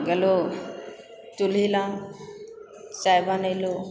गेलहुँ चुल्हि लग चाय बनेलहुँ